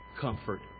comfort